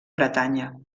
bretanya